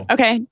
Okay